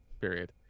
Period